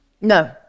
No